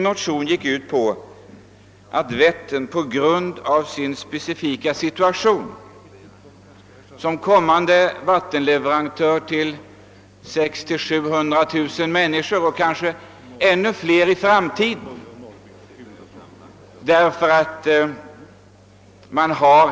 Motionerna utgår från Vätterns specifika situation som framtida vattenleveratör till 600 000—700 000 människor eller kanhända ännu fler.